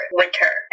winter